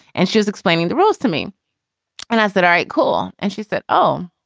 and she's explaining the rules to me and i said, all right, cool. and she said, oh,